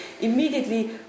immediately